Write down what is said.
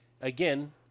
again